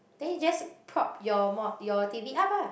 then you just prop your mo~ your T_V up ah